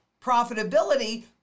profitability